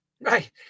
right